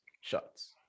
shots